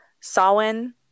Sawin